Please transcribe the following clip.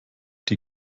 die